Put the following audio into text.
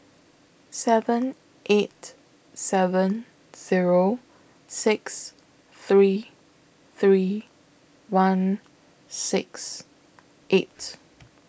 seven eight seven Zero six three three one six eight